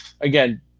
again